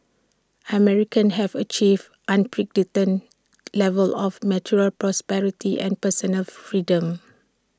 Americans have achieved unprecedented levels of material prosperity and personal freedom